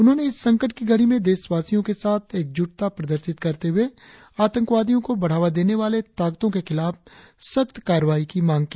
उन्होंने इस संकट की घड़ी में देशवासियों के साथ एकजूटता प्रदर्शित करते हुए आतंकवादियों को बढ़ावा देने वाले ताकतों के खिलाफ सख्त कार्रवाई की मांग की